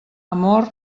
amor